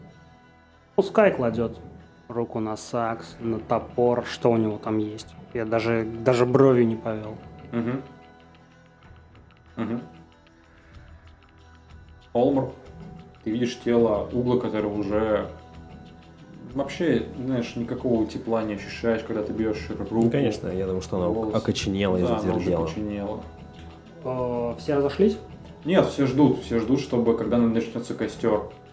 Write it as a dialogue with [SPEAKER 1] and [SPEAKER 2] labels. [SPEAKER 1] Пускай кладет руку на сакс, на топор, что у него там есть. Я даже- даже бровью не повел.
[SPEAKER 2] Мгм. Мгм. Олмар, ты видишь тело Угла, которое уже, м, вообще, знаешь, никакого тепла не ощущаешь, когда ты бьешь руку.
[SPEAKER 3] Ну, конечно, я думаю, что она
[SPEAKER 2] Волос.
[SPEAKER 3] окоченела и
[SPEAKER 2] Да, она уже
[SPEAKER 3] затвердела.
[SPEAKER 2] окоченела.
[SPEAKER 1] А, все разошлись?
[SPEAKER 2] Нет, все ждут, все ждут, чтобы когда начнется костер.